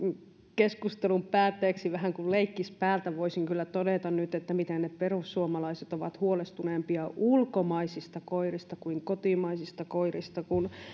keskustelun päätteeksi vähän niin kuin leikkispäältä voisin nyt kyllä todeta että miten ne perussuomalaiset ovat huolestuneempia ulkomaisista koirista kuin kotimaisista koirista kun